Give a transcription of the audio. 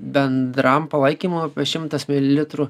bendram palaikymui šimtas mililitrų